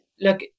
look